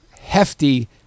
hefty